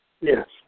Yes